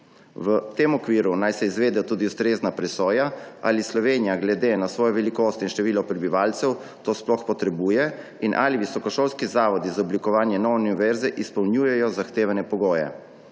V tem okviru naj se izvede tudi ustrezna presoja, ali Slovenija glede na svojo velikost in število prebivalcev to sploh potrebuje in ali visokošolski zavodi z oblikovanjem nove univerze izpolnjujejo zahtevane pogoje.